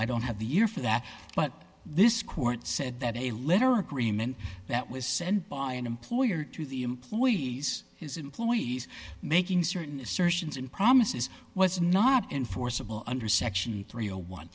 i don't have the year for that but this court said that a letter agreement that was sent by an employer to the employees his employees making certain assertions and promises was not enforceable under section three